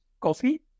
coffee